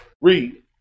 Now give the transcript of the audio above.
Read